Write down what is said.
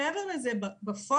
מעבר לזה בפועל,